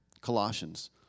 Colossians